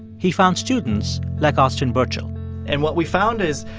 he found students like austin birtul and what we found is,